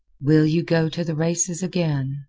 will you go to the races again?